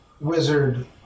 wizard